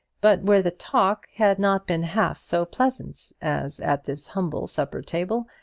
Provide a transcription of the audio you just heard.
but where the talk had not been half so pleasant as at this humble supper-table,